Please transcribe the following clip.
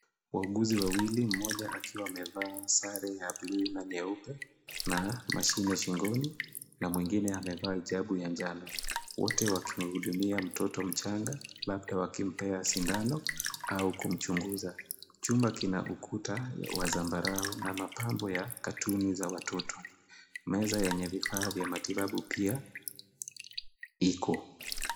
Wauguzi wawili mmoja akiwa amevaa sare ya bluu na nyeupe na mashine shingoni na mwingine amevaa hijabu ya njano wote wakihudumia mtoto mchanga labda wakimpea sindano au kumchunguza. Chumba kina ukuta wa zambarau na mapambo ya katuni za watoto, meza yenye vifaa vya matibabu pia iko.